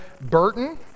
Burton